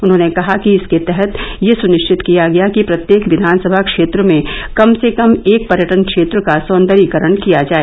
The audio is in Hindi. उन्होंने कहा कि इसके तहत यह सुनिश्चित किया गया कि प्रत्येक विधानसभा क्षेत्र में कम से कम एक पर्यटन क्षेत्र का सौंदर्यीकरण किया जाए